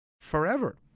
forever